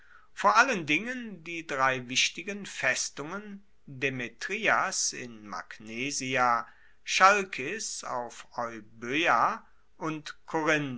vor allen dingen die drei wichtigen festungen demetrias in magnesia chalkis auf euboea und korinth